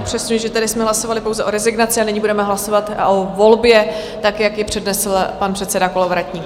Upřesňuji, že jsme hlasovali pouze o rezignaci, a nyní budeme hlasovat o volbě tak, jak ji přednesl pan předseda Kolovratník.